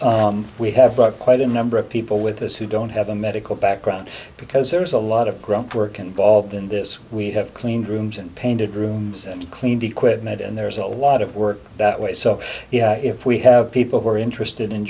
we have but quite a number of people with us who don't have a medical background because there's a lot of grunt work involved in this we have cleaned rooms and painted rooms and cleaned equipment and there's a lot of work that way so if we have people who are interested in